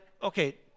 Okay